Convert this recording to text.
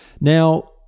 Now